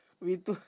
we two